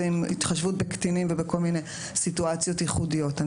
ועם התחשבות בקטינים ובכל מיני סיטואציות ייחודיות.